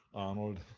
arnold,